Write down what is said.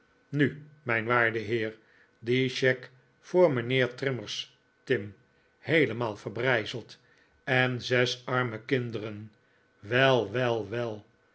nu mijn waarde heer die cheque voor mijnheer trimmers tim heelemaal verbrijzeld en zes arme kinderen wel wel wel